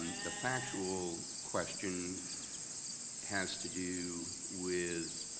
the factual question has to do with